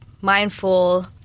mindful